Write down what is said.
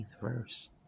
verse